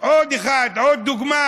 עוד דוגמה